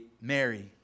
Mary